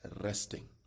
resting